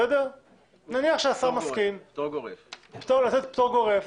נניח שהשר מסכים לתת פטור גורף,